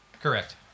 Correct